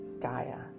Gaia